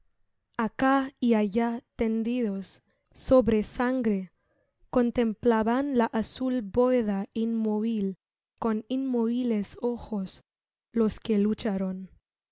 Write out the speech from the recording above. acá y allá tendidos sobre sangre contemplaban la azul bóveda inmóvil con inmóviles ojos los que lucharon